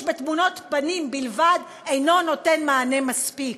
בתמונות פנים בלבד אינו נותן מענה מספיק?